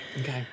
Okay